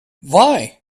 why